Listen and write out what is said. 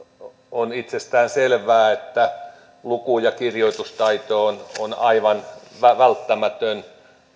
on itsestään selvää että luku ja kirjoitustaito on on aivan välttämätön